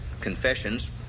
confessions